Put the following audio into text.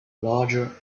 larger